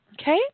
Okay